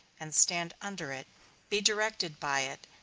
and stand under it be directed by it,